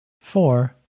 Four